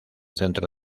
centro